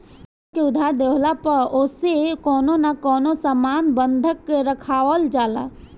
केहू के उधार देहला पअ ओसे कवनो न कवनो सामान बंधक रखवावल जाला